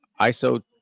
iso